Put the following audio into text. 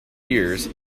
years